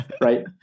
Right